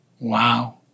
Wow